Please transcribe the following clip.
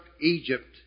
Egypt